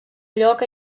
lloc